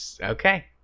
Okay